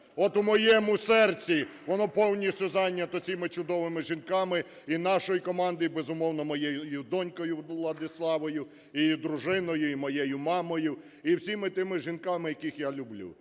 От у моєму серці воно повністю зайняте цими чудовими жінками і нашої команди, і, безумовно, моєю донькою Владиславою, і дружиною, і моєю мамою, і всіма тими жінками, яких я люблю.